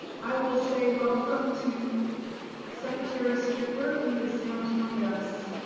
i will say welcome to secretary strickler who has now joined us.